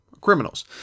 criminals